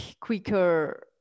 quicker